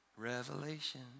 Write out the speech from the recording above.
Revelation